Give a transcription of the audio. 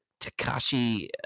Takashi